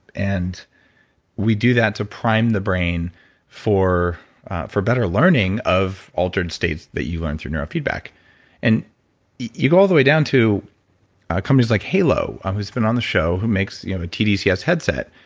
and we do that to prime the brain for for better learning of altered states that you learn through neuro feedback and you go all the way down to companies like halo, um who's been on the show, who makes you know a tdcs headset.